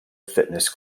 fitness